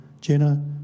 Jenna